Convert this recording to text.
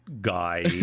guy